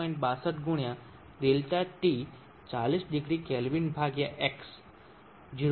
62 ગુણ્યા ΔT 40 degree kelvin ભાગ્યા X 0